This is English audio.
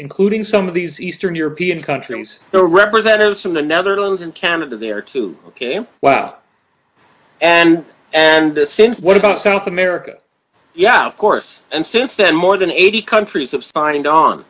including some of these eastern european countries representatives from the netherlands and canada there too and and the since what about south america yeah of course and since then more than eighty countries have signed on